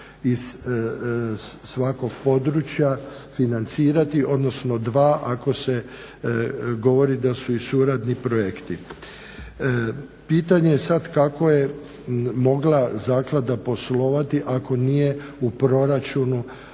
iz svakog područja financirati, odnosno 2 ako se govori da su i suradni projekti. Pitanje je sad kako je mogla zaklada poslovati ako nije u proračunu